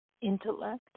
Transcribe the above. intellect